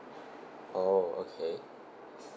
oh okay